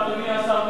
אדוני השר,